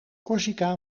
corsica